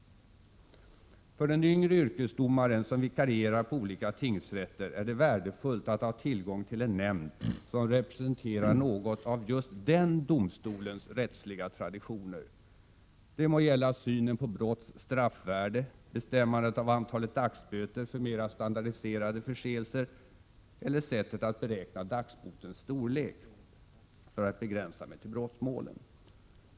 För den yngre yrkesdomaren som vikarierar på olika tingsrätter är det värdefullt att ha tillgång till en nämnd, som representerar något av just den domstolens rättsliga traditioner. Det må gälla synen på brotts straffvärde, bestämmandet av antalet dagsböter för mera standardiserade förseelser eller sättet att beräkna dagsbotens storlek — för att begränsa mig till brottmålen.